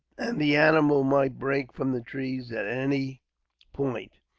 and the animal might break from the trees at any point.